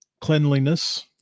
cleanliness